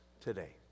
today